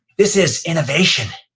this is innovation,